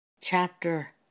chapter